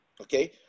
Okay